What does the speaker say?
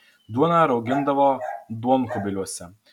duoną raugindavo duonkubiliuose